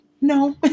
no